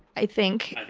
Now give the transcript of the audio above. i think?